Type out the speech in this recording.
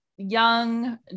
young